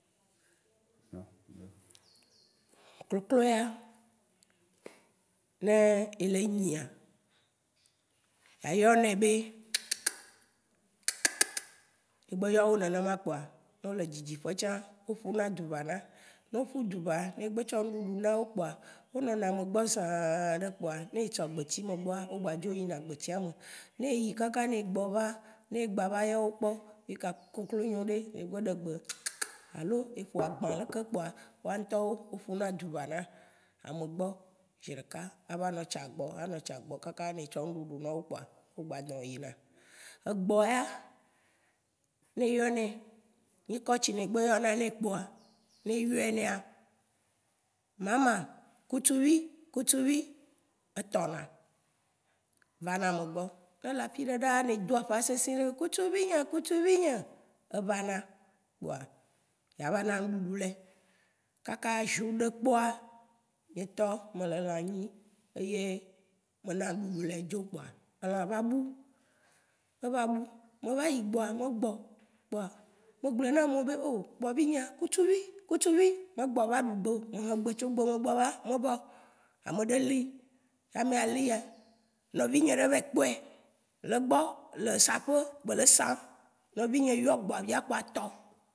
koklo ya, ne ele nyia, ayɔne be k- k- k, k- k- k- k, ne egbe yɔwó nenema kpoa, ne ole dzidziƒe tsã, wo ƒudzu vana. Ne wó fudzu va, ne egbe tsɔ nuɖuɖu nawó kpoa, wó nɔna amegbɔ zãa ɖe kpoa, ne etsɔ gbetsime gbɔa, wó gbã dzo yina gbetsiame. Ne eyi kaka ne egbɔ va, ne egbava yɔwo kpɔ, fika koklonyĩwo ɖe, ye gbe ɖegbe k- k- k, alo, E ƒo agbã ɖeke kpoa, wantɔ̃wo wo ƒuna dzu vana amegbɔ zeɖeka. A va nɔ tsa gbɔ wo, anɔ tsa gbɔwo kakaka, ne etsɔ nuɖuɖu nawò kpɔa, wò gba zɔ̃ yina. Egbɔ ya, ŋe eyɔne, ŋ'kɔ tsi negbe yɔnane kpoa, ne eyɔnea, mama kutuvi kutuvi, etɔna vana amegbɔ. Ne ele afiɖe ɖaa ne edo aƒa sĩsĩɖe: kutuvinyĩ kutuvinyĩ evana. Kpoa, miava na nuɖuɖu le. Kaka jour ɖe kpɔa, nyĩ ŋtɔ, mele lã nyim eye mena ŋ'ɖuɖu nɛ dzo kpoa, elã va bu. Eva bu. Me va yi gbɔa, megbɔ kpoa, me glɔ̃ na ameo be o gbɔvinyĩa kutuvi, kutuvi me gbɔ va ɖu gbeo. Me hĩ gbe tsó gbeme gbɔva, me vao; amaɖe lí ke Amea lia, nɔviyĩ ɖe va yi kpɔe le egbɔ, le sape be le sa. Nɔviyin yɔ gbɔvia kpoa etɔ.